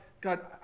God